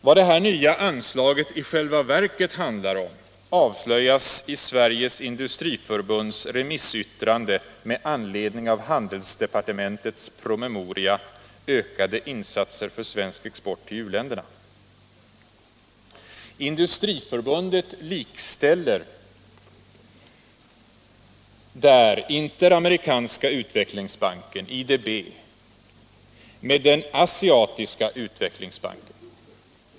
Vad det här nya anslaget i själva verket handlar om avslöjas i Sveriges industriförbunds remissyttrande med anledning av handelsdepartementets promemoria Ökade insatser för svensk export till u-länderna. Industriförbundet likställer där Interamerikanska utvecklingsbanken, IDB, med Asiatiska utvecklingsbanken.